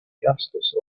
justice